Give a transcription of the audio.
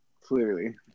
Clearly